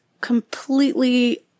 completely